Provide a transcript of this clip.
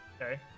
Okay